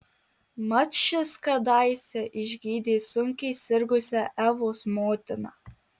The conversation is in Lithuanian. mat šis kadaise išgydė sunkiai sirgusią evos motiną